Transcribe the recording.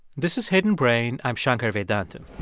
this is hidden brain. i'm shankar vedantam.